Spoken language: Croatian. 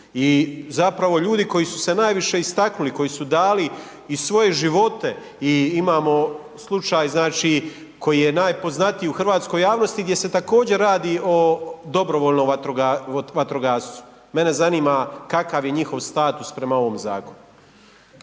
I zapravo ljudi koji su se najviše istaknuli, koji su dali i svoje živote i imamo slučaj znači koji je najpoznatiji u hrvatskoj javnosti gdje se također radi o dobrovoljnom vatrogastvu. Mene zanima kakav je njihov status prema ovom zakonu.